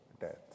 death